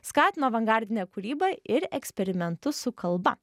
skatino avangardinę kūrybą ir eksperimentus su kalba